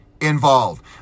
involved